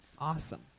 Awesome